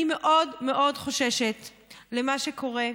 אני מאוד מאוד חוששת ממה שקורה,